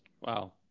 wow